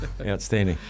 Outstanding